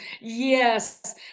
yes